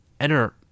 enter